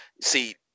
see